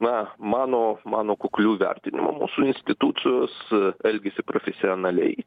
na mano mano kukliu vertinimu mūsų institucijos elgiasi profesionaliai